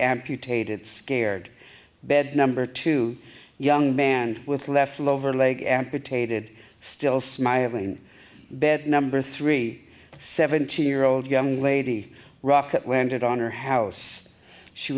amputated scared bed number two young man with leftover leg amputated still smiling bed number three seventy year old young lady rocket landed on her house she